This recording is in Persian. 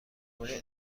های